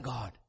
God